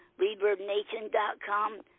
reverbnation.com